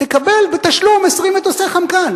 תקבל בתשלום 20 מטוסי "חמקן".